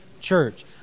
church